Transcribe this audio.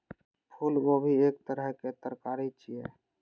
फूलगोभी एक तरहक तरकारी छियै